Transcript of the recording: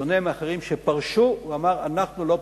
בשונה מאחרים, שפרשו, הוא אמר: אנחנו לא פורשים.